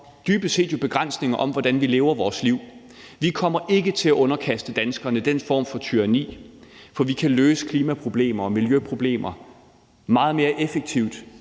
dybest set jo begrænsninger i, hvordan vi lever vores liv. Vi kommer ikke til at underkaste danskerne den form for tyranni, for vi kan løse klimaproblemer og miljøproblemer meget mere effektivt